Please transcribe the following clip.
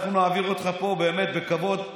אנחנו נעביר אותך פה באמת בכבוד,